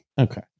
Okay